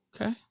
Okay